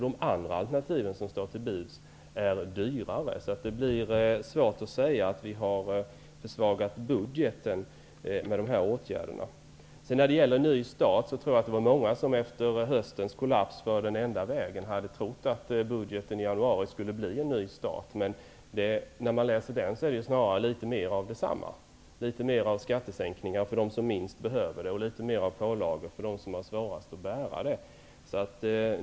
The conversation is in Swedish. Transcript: De andra alternativ som står till buds är dyrare. Det blir därför svårt att säga att vi genom dessa åtgärder har försvagat budgeten. Jag tror att det var många som efter höstens kollaps för den enda vägen trodde att budgeten i januari skulle bli en ny start. När man läser budgeten finner man emellertid att den snarare utgör litet mer av samma sak. Det är litet mer av skattesänkningar för dem som minst behöver det och litet mera av pålagor för dem som har svårast att bära det.